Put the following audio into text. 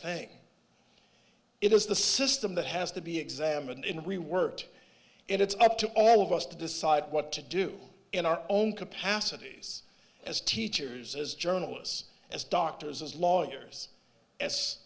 thing it is the system that has to be examined in reworked and it's up to all of us to decide what to do in our own capacities as teachers as journalists as doctors as lawyers s